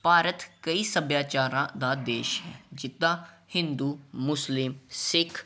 ਭਾਰਤ ਕਈ ਸੱਭਿਆਚਾਰਾਂ ਦਾ ਦੇਸ਼ ਹੈ ਜਿੱਦਾਂ ਹਿੰਦੂ ਮੁਸਲਿਮ ਸਿੱਖ